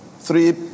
three